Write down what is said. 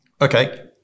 Okay